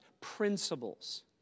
principles